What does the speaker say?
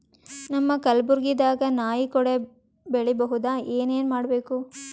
ನಮ್ಮ ಕಲಬುರ್ಗಿ ದಾಗ ನಾಯಿ ಕೊಡೆ ಬೆಳಿ ಬಹುದಾ, ಏನ ಏನ್ ಮಾಡಬೇಕು?